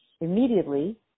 immediately